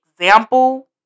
example